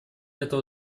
этого